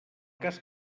cas